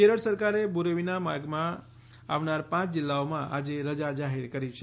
કેરળ સરકારે બુરેવીના માર્ગમાં આપનાર પાંચ જિલ્લાઓમાં આજે રજા જાહેર કરી છે